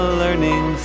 learning